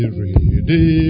ready